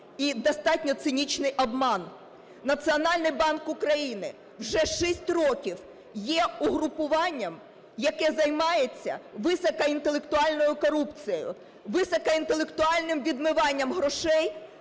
і достатньо цинічний обман. Національний банк України вже 6 років є угрупуванням, яке займається високоінтелектуальною корупцією, високоінтелектуальним відмиванням грошей